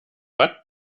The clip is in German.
watt